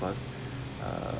of course uh